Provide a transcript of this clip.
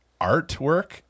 artwork